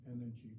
energy